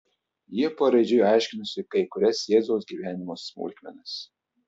jie paraidžiui aiškinosi kai kurias jėzaus gyvenimo smulkmenas